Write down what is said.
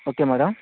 okay madam